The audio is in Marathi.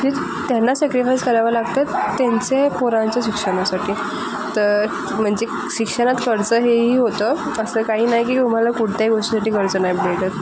हेच त्यांना सॅक्रिफाईस करावं लागतं त्यांचे पोरांच्या शिक्षणासाठी तर म्हणजे शिक्षणात कर्ज हेही होतं तसं काही नाही की तुम्हाला कोणत्याही गोष्टीसाठी कर्ज नाही भेटत